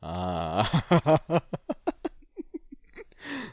ah